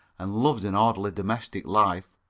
and loved an orderly domestic life.